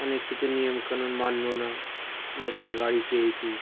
অনেক কিছু নিয়মকানুন মানল না নতুন গাড়ি পেয়েছে